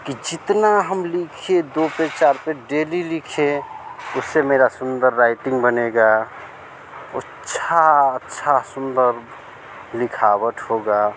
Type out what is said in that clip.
कि जितना हम लिखें दो पेज चार पेज डेली लिखें उससे मेरी सुन्दर राइटिंग बनेगी अच्छी अच्छी सुन्दर लिखावट होगी